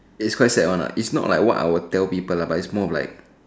it is quite sad ah lah it's not what I will tell people lah but it's more like